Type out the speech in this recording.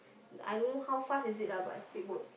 I don't know how fast is it lah but speedboat